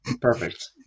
Perfect